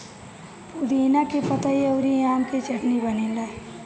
पुदीना के पतइ अउरी आम के चटनी बनेला